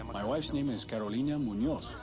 my wife's name is carolina munoz.